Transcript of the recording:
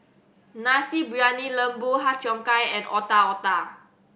Nasi Briyani Lembu Har Cheong Gai and Otak Otak